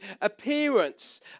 appearance